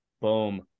Boom